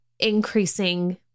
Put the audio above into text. increasing